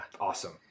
awesome